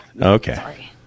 Okay